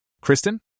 Kristen